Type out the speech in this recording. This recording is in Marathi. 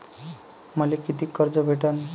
मले कितीक कर्ज भेटन?